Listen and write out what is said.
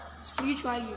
spiritually